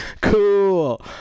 Cool